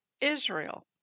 Israel